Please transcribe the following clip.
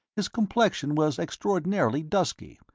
his complexion was extraordinarily dusky,